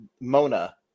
Mona